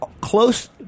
close